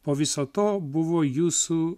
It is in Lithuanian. po viso to buvo jūsų